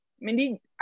Mindy